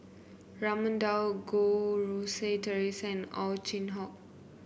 Raman Daud Goh Rui Si Theresa Ow Chin Hock